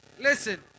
Listen